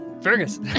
Fergus